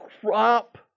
crop